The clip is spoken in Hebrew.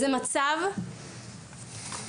זה מצב מביך.